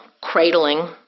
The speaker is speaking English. cradling